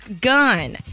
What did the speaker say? gun